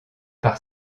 par